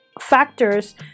factors